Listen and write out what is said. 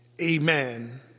Amen